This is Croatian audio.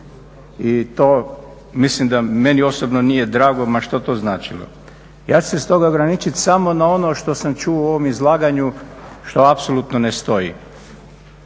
i to mislim da meni osobno nije drago ma što to značilo. Ja ću se stoga ograničiti samo na ono što sam čuo u ovom izlaganju što apsolutno ne stoji.